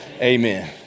Amen